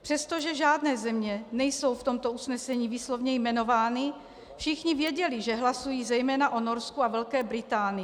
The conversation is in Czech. Přestože žádné země nejsou v tomto usnesení výslovně jmenovány, všichni věděli, že hlasují zejména o Norsku a Velké Británii.